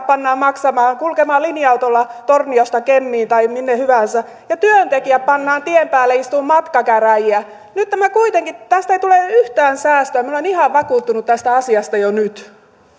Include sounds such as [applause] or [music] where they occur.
[unintelligible] pannaan maksamaan kulkemaan linja autolla torniosta kemiin tai minne hyvänsä ja työntekijä pannaan tien päälle istumaan matkakäräjiä tästä ei tule yhtään säästöä minä olen ihan vakuuttunut tästä asiasta jo nyt